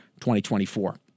2024